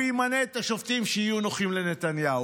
הוא ימנה את השופטים שיהיו נוחים לנתניהו.